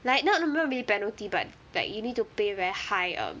like not really penalty but like you need to pay very high um